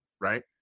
right